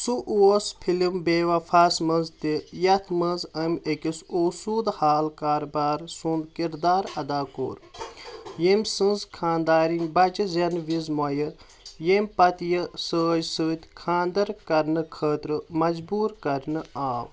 سُہ اوس فلِم بے وفاہس منٛز تہِ، یتھ منٛز أمۍ أکِس اوسوٗد حال کارٕبارٕ سُنٛد کِردار ادا کوٚر، ییٚمہِ سٕنٛز خانٛدارِنۍ بچہٕ زیٚنہٕ وِزِ مۄیہِ ییٚمہِ پتہٕ یہِ سٲجۍ سۭتۍ خانٛدر کرنہٕ خٲطرٕ مجبوٗر کرنہٕ آو